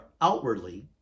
outwardly